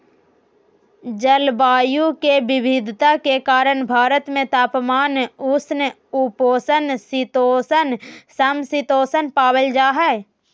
जलवायु के विविधता के कारण भारत में तापमान, उष्ण उपोष्ण शीतोष्ण, सम शीतोष्ण पावल जा हई